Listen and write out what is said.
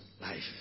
life